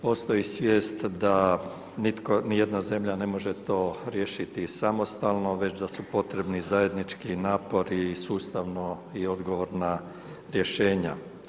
Postoji svijest da nitko, ni jedna zemlja ne može to riješiti samostalno već da su potrebni zajednički napori i sustavno i odgovorna rješenja.